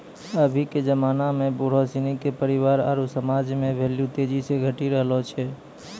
अभी के जबाना में बुढ़ो सिनी के परिवार आरु समाज मे भेल्यू तेजी से घटी रहलो छै